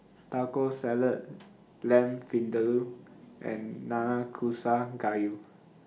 Taco Salad Lamb Vindaloo and Nanakusa Gayu